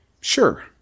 Sure